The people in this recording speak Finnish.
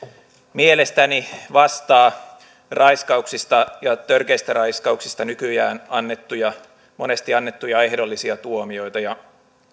mielestäni vastaa raiskauksista ja törkeistä raiskauksista nykyään monesti annettuja ehdollisia tuomioita